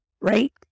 Right